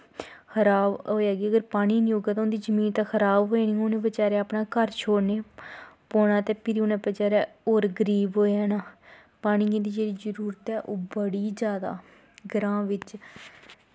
खराब होए गी अगर पानी गै निं होग ते उं'दी जमीन ता खराब होई जानी उ'नें बचैरें अपना घर छोड़ना पौना ते भिरी उ'नें बचैरें होर गरीब होई जाना पानियें दी जेह्ड़ी जरूरत ऐ ओह् बड़ी जादा ग्रांऽ बिच्च